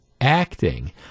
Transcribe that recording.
acting